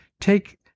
take